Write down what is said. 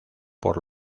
por